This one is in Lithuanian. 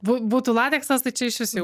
bū būtų lateksas tai čia išvis jau